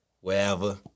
wherever